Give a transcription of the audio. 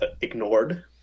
ignored